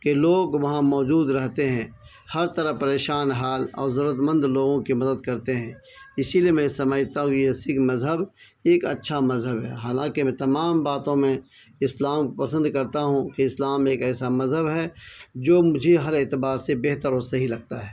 کہ لوگ وہاں موجود رہتے ہیں ہر طرح پریشان حال اور ضرورت مند لوگوں کی مدد کرتے ہیں اسی لیے میں سمجھتا ہوں کہ یہ سکھ مذہب ایک اچھا مذہب ہے حالانکہ میں تمام باتوں میں اسلام کو پسند کرتا ہوں کہ اسلام ایک ایسا مذہب ہے جو مجھے ہر اعتبار سے بہتر اور صحیح لگتا ہے